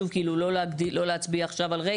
שוב, לא להצביע עכשיו על ריק,